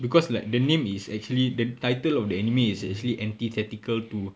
because like the name is actually the title of the anime is actually anti tactical to